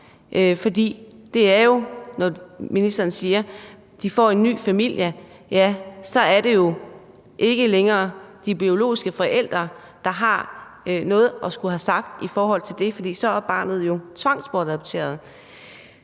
biologiske ophav. Ministeren siger, at de får en ny familie, men så er det ikke længere de biologiske forældre, der har noget at skulle have sagt i forhold til det, for så er barnet jo tvangsbortadopteret.